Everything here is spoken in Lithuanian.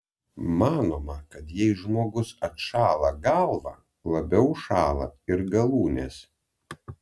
manoma kad jei žmogus atšąla galvą labiau šąla ir galūnės